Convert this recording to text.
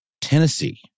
Tennessee